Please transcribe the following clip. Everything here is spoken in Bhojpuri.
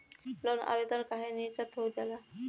लोन आवेदन काहे नीरस्त हो जाला?